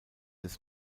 des